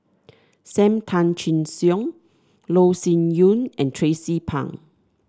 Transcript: Sam Tan Chin Siong Loh Sin Yun and Tracie Pang